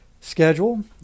schedule